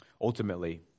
ultimately